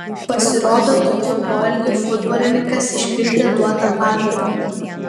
pasirodo tokiu poelgiu futbolininkas išpildė duotą pažadą